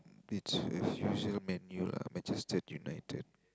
it's as usual Man-U lah Manchester-United